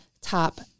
top